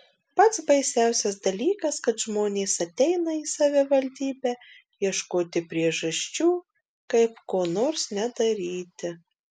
pats baisiausias dalykas kad žmonės ateina į savivaldybę ieškoti priežasčių kaip ko nors nedaryti